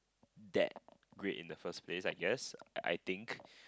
that great in the first place I guess I think